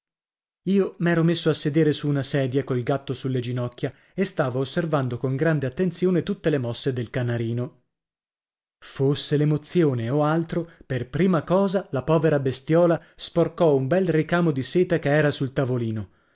prigione io m'ero messo a sedere su una sedia col gatto sulle ginocchia e stavo osservando con grande attenzione tutte le mosse del canarino fosse l'emozione o altro per prima cosa la povera bestiola sporcò un bel ricamo di seta che era sul tavolino